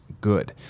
good